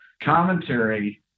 commentary